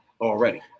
Already